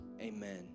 amen